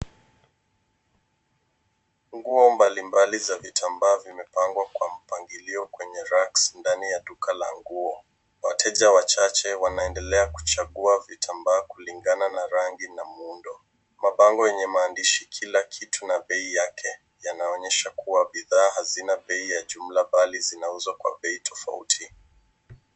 Nguo mbalimbali za vitambaa vimepangwa kwa mpangilio kwenye racks ndani ya duka la nguo. Wateja wachache wanaendelea kuchagua vitambaa kulingana na rangi na muundo. Mabango yenye maandishi kila kitu na bei yake yanaonyesha kuwa bidhaa hazina bei ya jumla, bali zinauzwa kwa bei tofauti.